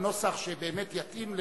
נוסח שבאמת יתאים לחוק,